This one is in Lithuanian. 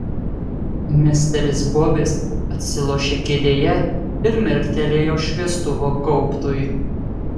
misteris gobis atsilošė kėdėje ir mirktelėjo šviestuvo gaubtui